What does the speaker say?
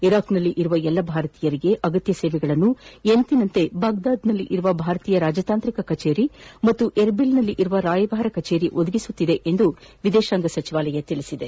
ಇರಾಕ್ನಲ್ಲಿರುವ ಎಲ್ಲ ಭಾರತೀಯರಿಗೆ ಅಗತ್ಯ ಸೇವೆಗಳನ್ನು ಎಂದಿನಂತೆ ಬಾಗ್ಲಾದ್ನಲ್ಲಿರುವ ಭಾರತೀಯ ರಾಜತಾಂತ್ರಿಕ ಕಚೇರಿ ಹಾಗೂ ಎರ್ಬಿಲ್ನಲ್ಲಿರುವ ರಾಯಭಾರ ಕಚೇರಿ ಒದಗಿಸುತ್ತಿದೆ ಎಂದು ವಿದೇಶಾಂಗ ಸಚಿವಾಲಯ ತಿಳಿಸಿದೆ